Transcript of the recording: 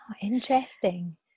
interesting